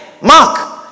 Mark